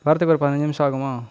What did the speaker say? வரதுக்கு ஒரு பதினைஞ்சு நிமிடம் ஆகுமா